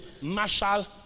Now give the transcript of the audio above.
marshal